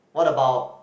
what about